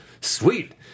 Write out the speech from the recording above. Sweet